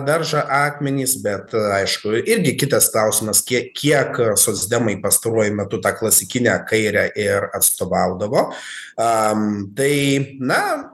daržą akmenys bet aišku irgi kitas klausimas kiek kiek socdemai pastaruoju metu tą klasikinę kairę ir atstovaudavo am tai na